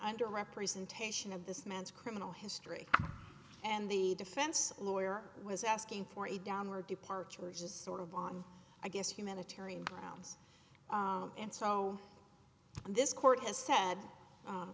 under representation of this man's criminal story and the defense lawyer was asking for a downward departure of just sort of on i guess humanitarian grounds and so this court has said